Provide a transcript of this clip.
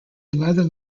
leather